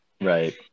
Right